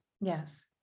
Yes